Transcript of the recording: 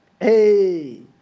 hey